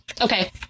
Okay